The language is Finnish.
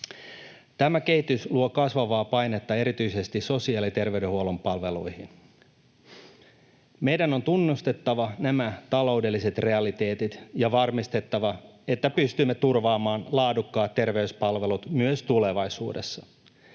Tämä kehitys luo kasvavaa painetta erityisesti sosiaali- ja terveydenhuollon palveluihin. Meidän on tunnustettava nämä taloudelliset realiteetit ja varmistettava, että pystymme turvaamaan laadukkaat terveyspalvelut myös tulevaisuudessa.